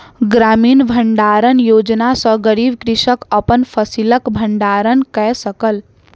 ग्रामीण भण्डारण योजना सॅ गरीब कृषक अपन फसिलक भण्डारण कय सकल